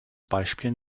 beispiel